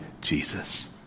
Jesus